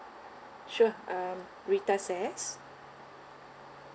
sure um rita sesh